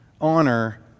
honor